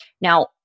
Now